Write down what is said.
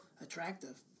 attractive